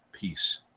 peace